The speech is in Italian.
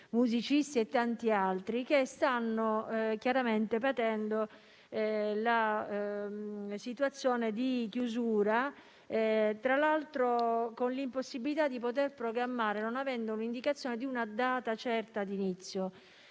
musicisti e tanti altri, che stanno chiaramente patendo la situazione di chiusura, tra l'altro con l'impossibilità di programmare, non avendo indicazione di una data di inizio